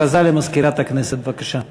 למזכירת הכנסת, בבקשה.